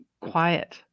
quiet